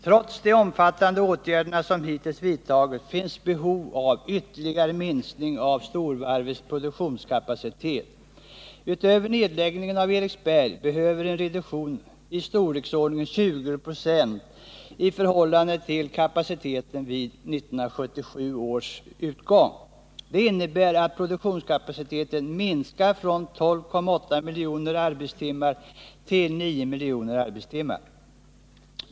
Trots de omfattande åtgärder som hittills vidtagits finns behov av en ytterligare minskning av storvarvens produktionskapacitet. Förutom nedläggningen av Eriksberg behövs en reduktion av storleksordningen 20 96 i förhållande till kapaciteten vid 1977 års utgång. Det innebär att produktionskapaciteten minskar från 12,8 miljoner arbetstimmar till 9 miljoner arbetstimmar.